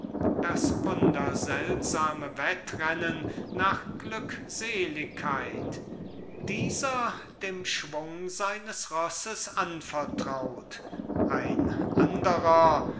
das wunderseltsame wettrennen nach glückseligkeit dieser dem schwung seines rosses anvertraut ein anderer